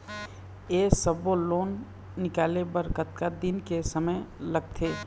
ये सब्बो लोन निकाले बर कतका दिन के समय लगथे?